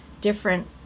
different